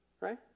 Right